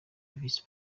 visi